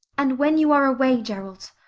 and when you are away, gerald.